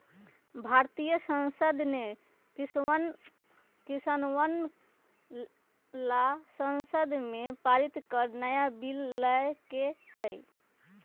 भारतीय संसद ने किसनवन ला संसद में पारित कर नया बिल लय के है